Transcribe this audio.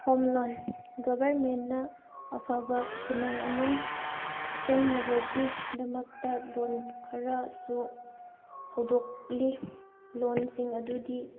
home loan ꯒꯕꯔꯃꯦꯟꯅ ꯑꯐꯕ ꯈꯨꯟꯅꯥꯏ ꯑꯃ ꯁꯦꯝꯅꯕꯒꯤꯗꯃꯛꯇ ꯂꯣꯟ ꯈꯔꯁꯨ ꯍꯧꯗꯣꯛꯂꯤ ꯂꯣꯟꯁꯤꯡ ꯑꯗꯨꯗꯤ